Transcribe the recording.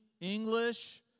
English